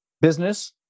business